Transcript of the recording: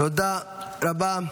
תודה רבה.